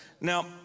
Now